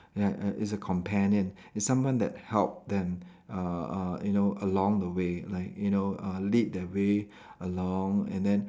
like like it's a companion it's someone that help them uh uh you know along the way like you know uh lead the way along and then